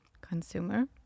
consumer